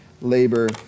labor